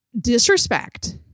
disrespect